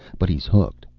but he's hooked.